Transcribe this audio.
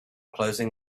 closing